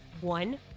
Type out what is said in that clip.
One